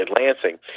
Lansing